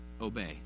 obey